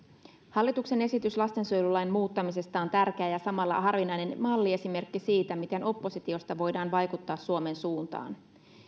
hallituksen esitys lastensuojelulain muuttamisesta on tärkeä ja samalla harvinainen malliesimerkki siitä miten oppositiosta voidaan vaikuttaa suomen suuntaan